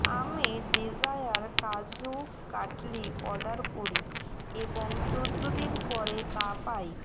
আমি desire kaju katli order করি এবং চৌদ্দো দিন পরে তা পাই